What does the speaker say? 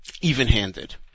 even-handed